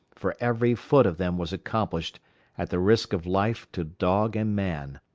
for every foot of them was accomplished at the risk of life to dog and man.